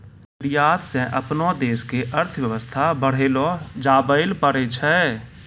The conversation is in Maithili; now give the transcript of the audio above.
निर्यात स अपनो देश के अर्थव्यवस्था बढ़ैलो जाबैल पारै छै